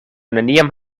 neniam